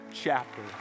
Chapter